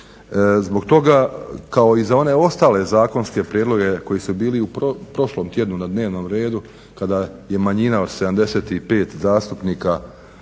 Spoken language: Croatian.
Zbog toga kao i za one ostale zakonske prijedloge koji su bili u prošlom tjednu na dnevnom redu, kada je manjina od 75 zastupnika ovdje